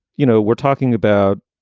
you know, we're talking about,